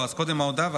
קודם ההודעה,